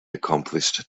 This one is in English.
accomplished